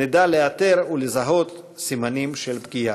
נדע לאתר ולזהות סימנים של פגיעה.